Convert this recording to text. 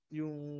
yung